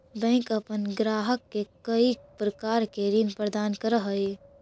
bank अपन ग्राहक के कईक प्रकार के ऋण प्रदान करऽ हइ